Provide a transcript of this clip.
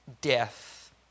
death